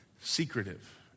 secretive